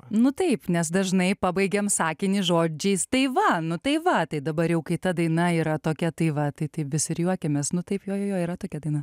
nu taip nes dažnai pabaigiam sakinį žodžiais tai va nu tai va tai dabar jau kai ta daina yra tokia tai va tai tai vis ir juokiamės nu taip jo jo jo yra tokia daina